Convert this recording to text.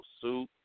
suit